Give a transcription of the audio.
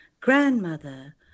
grandmother